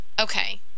Okay